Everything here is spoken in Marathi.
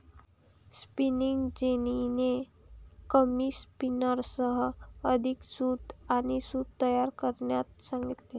स्पिनिंग जेनीने कमी स्पिनर्ससह अधिक सूत आणि सूत तयार करण्यास सांगितले